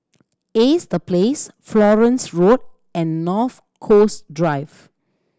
Ace The Place Florence Road and North Coast Drive